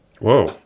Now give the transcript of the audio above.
Whoa